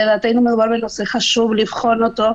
לדעתנו מדובר בנושא חשוב, לבחון אותו,